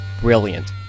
Brilliant